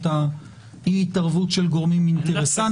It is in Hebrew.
את אי ההתערבות של גורמים אינטרסנטיים.